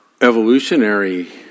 evolutionary